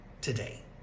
today